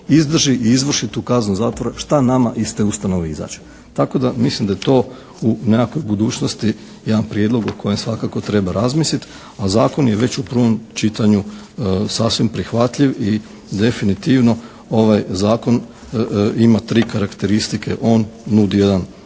izdrži i izvrši tu kaznu zatvora, šta nama iz te ustanove izađe. Tako da mislim da je to u nekakvoj budućnosti jedan prijedlog o kojem svakako treba razmisliti a zakon je već u prvom čitanju sasvim prihvatljiv i definitivno ovaj zakon ima tri karakteristike. On nudi jedan